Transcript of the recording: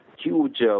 huge